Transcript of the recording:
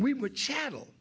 we were chattel